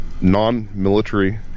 non-military